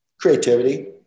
creativity